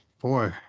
boy